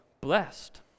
blessed